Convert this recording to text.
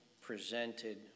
presented